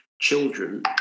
children